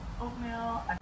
Oatmeal